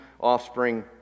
offspring